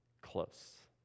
close